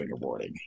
fingerboarding